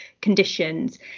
conditions